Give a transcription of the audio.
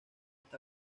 está